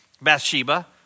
Bathsheba